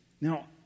Now